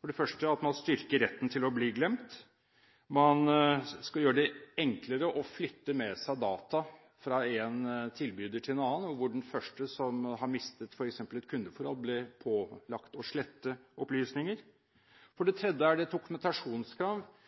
For første at man styrker retten til å bli glemt. Man skal gjøre det enklere å flytte med seg data fra en tilbyder til en annen, hvor den første, som f.eks. har mistet et kundeforhold, blir pålagt å slette opplysninger. For det